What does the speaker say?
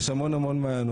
יש המון מעיינות.